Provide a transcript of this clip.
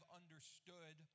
understood